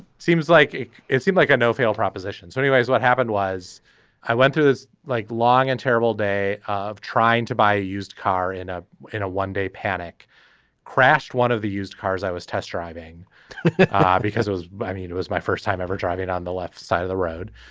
seems like it seemed like a no fail proposition. so anyways what happened was i went through this like long and terrible day of trying to buy a used car in a in a one day panic crashed one of the used cars i was test driving ah because it was i mean it was my first time ever driving on the left side of the road.